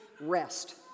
rest